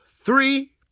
three